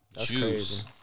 juice